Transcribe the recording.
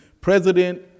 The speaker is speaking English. president